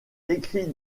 écrits